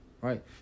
right